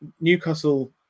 Newcastle